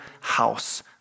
house